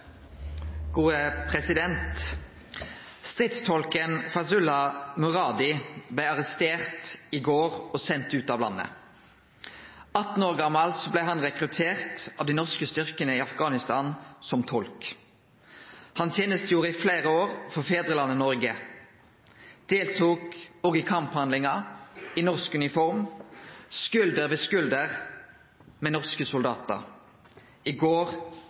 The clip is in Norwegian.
Stridstolken Faizullah Muradi blei arrestert i går og send ut av landet. 18 år gamal blei han rekruttert av dei norske styrkane i Afghanistan som tolk. Han tenestegjorde i fleire år for fedrelandet Noreg og deltok òg i kamphandlingar i norsk uniform skulder ved skulder med norske soldatar. I går